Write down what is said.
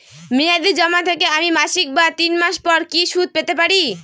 মেয়াদী জমা থেকে আমি মাসিক বা তিন মাস পর কি সুদ পেতে পারি?